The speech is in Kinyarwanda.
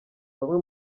bamwe